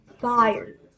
Fire